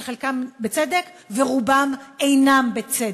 על חלקם בצדק ועל רובם לא בצדק.